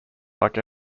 like